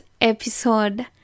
episode